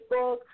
Facebook